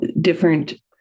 different